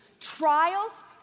Trials